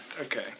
Okay